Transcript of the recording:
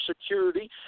security